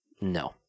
no